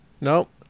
Nope